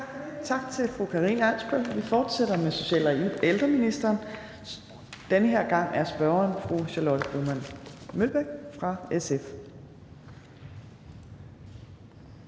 tak til fru Karina Adsbøl. Vi fortsætter med social- og ældreministeren, og denne gang er spørgeren fru Charlotte Broman Mølbæk fra SF.